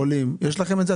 עולים יש לכם את זה?